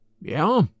Yeah